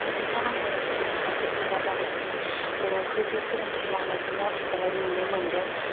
बिदिनो आङो जोंनि खाथि खाला बांसिन गोजौ सोलोंथाइ लानायखौ आथिखालाव नुनो मोन्दों